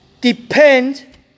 depend